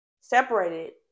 separated